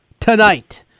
Tonight